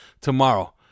tomorrow